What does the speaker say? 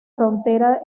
frontera